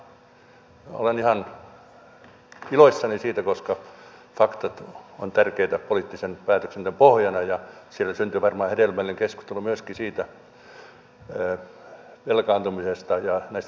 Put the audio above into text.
olen ihan iloissani siitä koska faktat ovat tärkeitä poliittisen päätöksenteon pohjana ja siellä syntyy varmaan hedelmällinen keskustelu myöskin siitä velkaantumisesta ja näistä kriteereistä